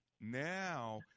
now –